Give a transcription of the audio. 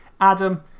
Adam